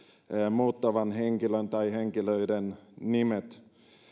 muuttavan henkilön tai henkilöiden nimet